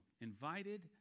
invited